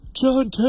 John